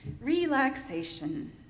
relaxation